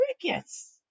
crickets